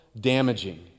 damaging